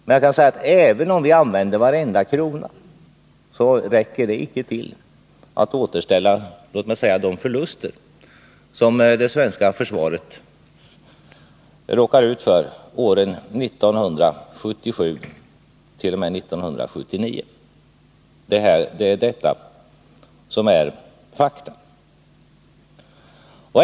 Men även om vi använder varenda krona räcker pengarna inte till för att återställa de så att säga förluster som det svenska försvaret råkade ut för åren 1977-1979. Detta är fakta.